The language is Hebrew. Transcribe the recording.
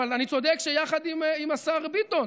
אבל אני צודק שזה היה יחד עם השר ביטון.